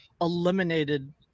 eliminated